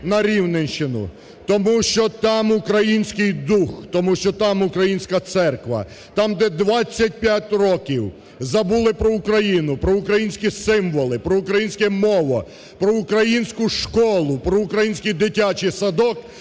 на Рівненщину? Тому що там український дух, тому що там українська церква, там, де 25 років забули про Україну, про українські символи, про українську мову, про українську школи, про український дитячий садок